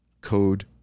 Code